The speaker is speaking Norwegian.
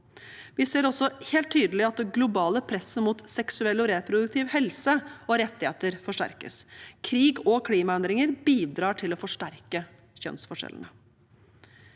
Vi ser også helt tydelig at det globale presset mot seksuell og reproduktiv helse og rettigheter forsterkes. Krig og klimaendringer bidrar til å forsterke kjønnsforskjellene.